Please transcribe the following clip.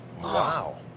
Wow